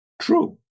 True